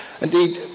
Indeed